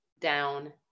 down